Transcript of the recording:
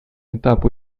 этап